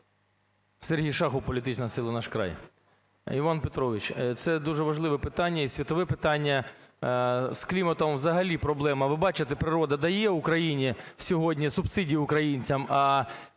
Сергій Шахов, політична сила "Наш край". Іван Петрович, це дуже важливе питання і світове питання. З кліматом взагалі проблема. Ви бачите, природа дає Україні сьогодні субсидію українцям, а